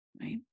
right